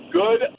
good